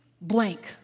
blank